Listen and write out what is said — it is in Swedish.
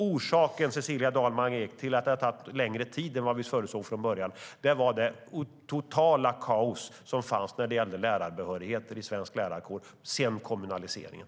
Orsaken, Cecilia Dalman Eek, till att det tagit längre tid än vad vi från början förutsåg är det totala kaos som fanns vad gäller lärarbehörighet i svensk lärarkår sedan kommunaliseringen.